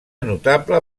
notable